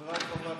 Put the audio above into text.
רק בתיאוריה.